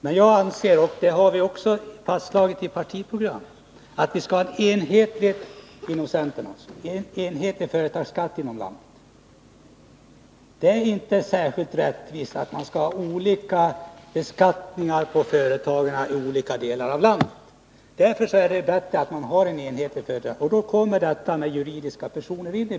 Men jag anser — och det har vi fastslagit i centerns partiprogram — att vi skall ha en enhetlig företagsbeskattning här i landet. Det är inte särskilt rättvist att man skall ha olika beskattningar på företag i olika delar av landet. Det är bättre att man har en enhetsskatt för juridiska personer.